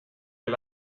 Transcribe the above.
del